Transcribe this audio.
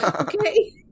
Okay